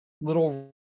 little